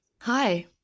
Hi